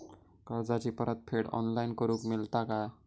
कर्जाची परत फेड ऑनलाइन करूक मेलता काय?